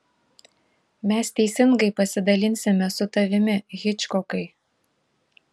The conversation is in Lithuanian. mes teisingai pasidalinsime su tavimi hičkokai